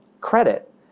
credit